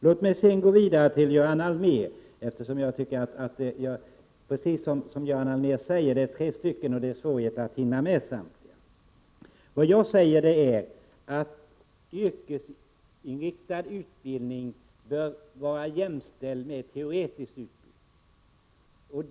Låt mig nu övergå till att bemöta Göran Allmér, eftersom jag har att svara tre ledamöter och därför, precis som Göran Allmér säger, har svårigheter att hinna med samtliga. Jag menar att yrkesinriktad utbildning bör vara jämställd med teoretisk utbildning.